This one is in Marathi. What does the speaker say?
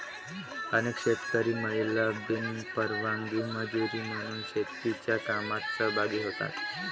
अनेक शेतकरी महिला बिनपगारी मजुरी म्हणून शेतीच्या कामात सहभागी होतात